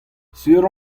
sur